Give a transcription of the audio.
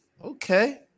Okay